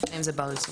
האם זה בר יישום.